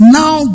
now